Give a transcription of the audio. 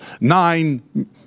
nine